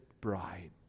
bride